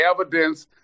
evidence